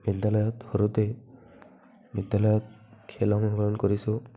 বিদ্যালয়ত পঢ়োতে বিদ্যালয়ত খেল অংশগ্ৰহণ কৰিছোঁ